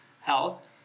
health